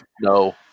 no